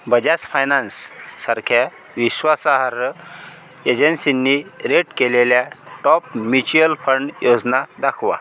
Bajaj finance सारख्या विश्वासार्ह एजन्सींनी रेट केलेल्या टॉप म्युच्युअल फंड योजना दाखवा